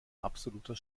absoluter